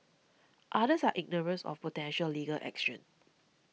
others are ignorant of potential legal action